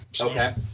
okay